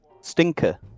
Stinker